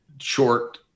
short